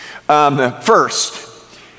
First